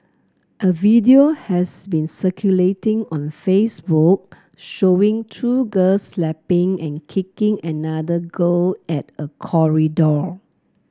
a video has been circulating on Facebook showing two girls slapping and kicking another girl at a corridor